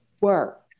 work